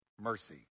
Mercy